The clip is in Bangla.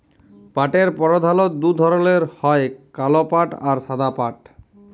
পাটের পরধালত দু ধরলের হ্যয় কাল পাট আর সাদা পাট